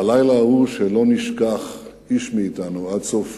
בלילה ההוא, שאיש מאתנו לא ישכח עד סוף